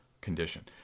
condition